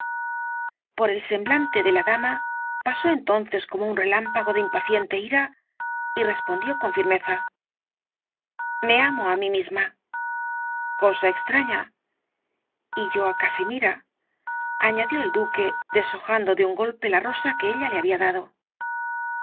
por el semblante de la dama pasó entonces como un relámpago de impaciente ira y respondió con firmeza me amo á mí misma cosa extraña y yo á casimiraañadió el duque deshojando de un golpe la rosa que ella le había dado